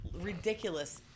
Ridiculous